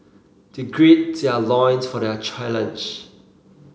they grid their loins for their challenge